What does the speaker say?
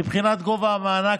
מבחינת גובה המענק,